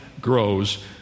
grows